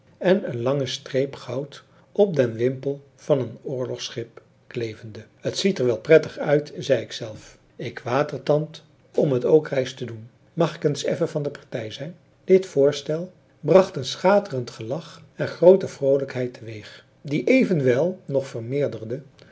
en een lange streep goud op den wimpel van een oorlogschip klevende t ziet er wel prettig uit zei ik zelf ik watertand om het ook reis te doen mag ik eens effen van de partij zijn dit voorstel bracht een schaterend gelach en groote vroolijkheid te weeg die evenwel nog vermeerderde